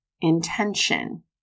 intention